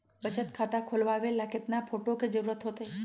बचत खाता खोलबाबे ला केतना फोटो के जरूरत होतई?